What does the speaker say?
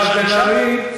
תודה לחברת הכנסת מירב בן ארי.